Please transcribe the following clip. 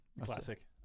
Classic